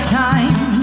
time